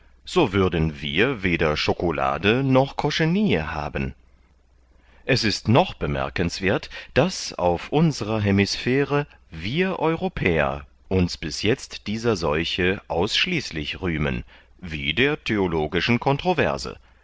so würden wir weder chocolate noch cochenille haben es ist noch bemerkenswerth daß auf unserer hemisphäre wir europäer uns bis jetzt dieser seuche ausschließlich rühmen wie der theologischen controverse